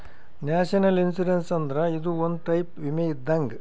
national insurance ಅಂದ್ರ ಇದು ಒಂದ್ ಟೈಪ್ ವಿಮೆ ಇದ್ದಂಗ್